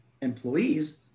employees